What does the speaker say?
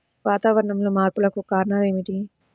వాతావరణంలో మార్పులకు కారణాలు ఏమిటి?